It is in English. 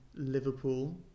Liverpool